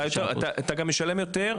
אתה גם משלם יותר,